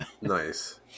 Nice